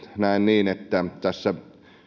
näen niin että tässä